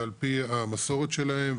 ועל פי המסורת שלהם,